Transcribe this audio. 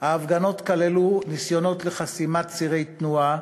ההפגנות כללו ניסיונות לחסימת צירי תנועה,